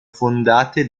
fondate